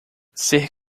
ser